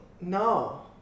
No